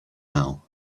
now